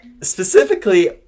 specifically